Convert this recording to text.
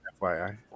FYI